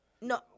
no